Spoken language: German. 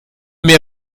mehr